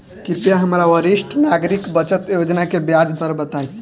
कृपया हमरा वरिष्ठ नागरिक बचत योजना के ब्याज दर बताई